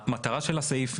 המטרה של הסעיף,